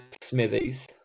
Smithies